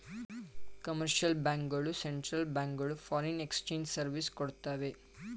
commercial bank ಗಳು central bank ಗಳು foreign exchange service ಕೊಡ್ತವೆ